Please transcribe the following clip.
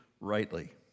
rightly